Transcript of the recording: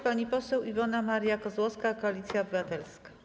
Pani poseł Iwona Maria Kozłowska, Koalicja Obywatelska.